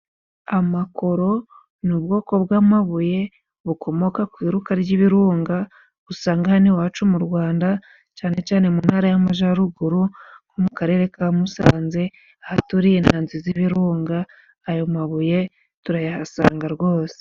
Amakoro ni ubwoko bw'amabuye bukomoka ku iruka ry'ibirunga, usanga hano iwacu mu Rwanda cyane cyane mu ntara y'amajaruguru ho mu karere ka Musanze haturiye intanzi z'ibirunga ayo mabuye turayahasanga rwose.